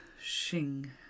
Shing